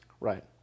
Right